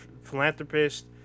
philanthropist